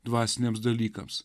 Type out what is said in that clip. dvasiniams dalykams